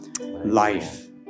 Life